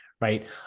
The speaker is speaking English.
right